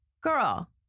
girl